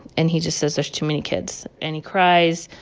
and he just says there's too many kids. and he cries.